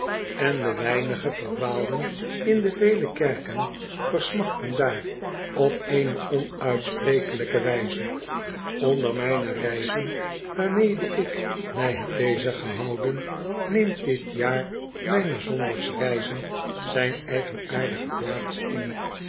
en de weinige verdwaalden in de vele kerken versmachtten daar op eene onuitsprekelijke wijze onder mijne reizen waarmede ik mij heb beziggehouden neemt dit jaar mijner zondagsreizen zijn eigenaardige plaats in